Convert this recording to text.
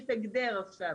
להוסיף הגדר עכשיו.